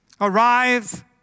arrive